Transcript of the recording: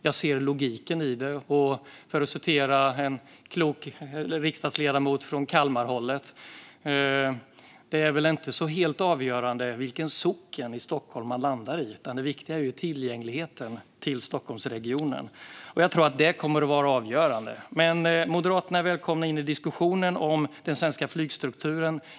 Jag ser logiken i det, och jag säger som en klok riksdagsledamot från Kalmartrakten: Det är väl inte helt avgörande vilken socken i Stockholm man landar i, utan det viktiga är tillgängligheten till Stockholmsregionen. Jag tror att det kommer att vara avgörande. Moderaterna är dock välkomna in i diskussionen om den svenska flyginfrastrukturen.